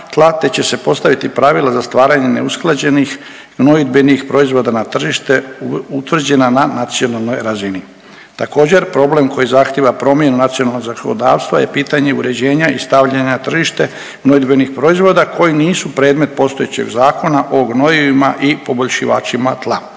te će se postaviti pravila za stvaranje neusklađenih gnojidbenih proizvoda na tržište utvrđena na nacionalnoj razini. Također problem koji zahtjeva promjenu nacionalnog zakonodavstva je pitanje uređenja i stavljanja na tržište gnojidbenih proizvoda koji nisu predmet postojećeg Zakona o gnojivima i poboljšivačima tla.